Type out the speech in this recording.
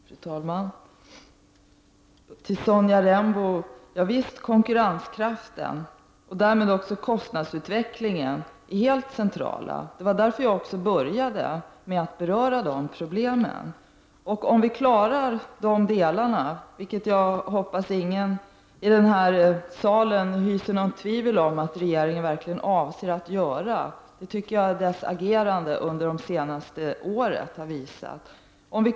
Fru talman! Jag vill till Sonja Rembo säga att konkurrenskraften, och därmed också kostnadsutvecklingen, är mycket central. Det var därför som jag började mitt anförande med att beröra de problemen. Jag hoppas att ingen här i kammaren hyser något tvivel om att regeringen verkligen avser att lösa de problemen. Det tycker jag att regeringens agerande under de senaste åren har visat.